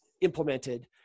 implemented